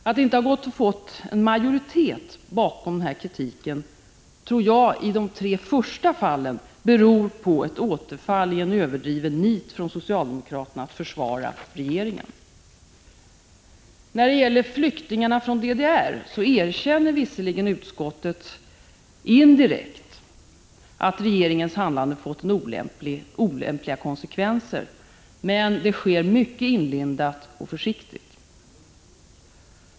Att det inte gått att få en majoritet bakom kritiken tror jag i de tre första fallen beror på ett återfall i ett överdrivet nit från socialdemokraterna att försvara regeringen. När det gäller flyktingarna från DDR erkänner visserligen utskottet indirekt att regeringens handlande fått olämpliga konsekvenser, men det sker mycket inlindat och försiktigt.